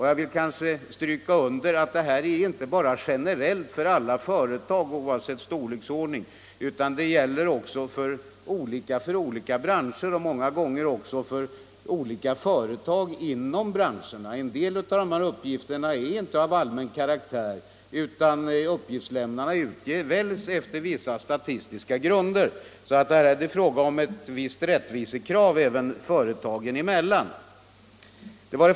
Jag vill stryka under att detta inte bara gäller generellt för alla företag, oavsett storleksordning, utan att det också gäller att särskilja olika branscher och många gånger också företag inom branscherna. En del av dessa uppgifter är inte av allmän karaktär — uppgiftslämnarna utväljs efter vissa statistiska grunder. Det är alltså här fråga om ett visst rättvisekrav även företagen emellan.